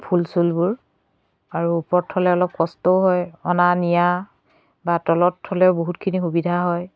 ফুল চুলবোৰ আৰু ওপৰত থ'লে অলপ কষ্টও হয় অনা নিয়া বা তলত থ'লে বহুতখিনি সুবিধা হয়